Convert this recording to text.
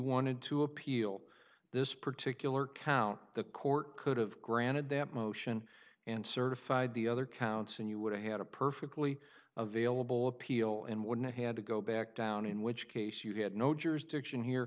wanted to appeal this particular count the court could have granted that motion and certified the other counts and you would have had a perfectly available appeal and wouldn't have had to go back down in which case you had no jurisdiction here